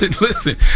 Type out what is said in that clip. listen